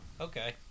Okay